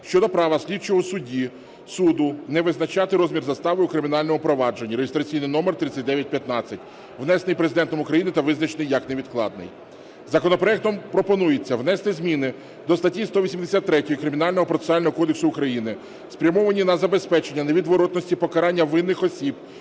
щодо права слідчого судді, суду не визначати розмір застави у кримінальному провадженні (реєстраційний номер 3915) (внесений Президентом України та визначений як невідкладний). Законопроектом пропонується внести зміни до статті 183 Кримінального процесуального кодексу України, спрямовані на забезпечення невідворотності покарання винних осіб